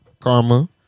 Karma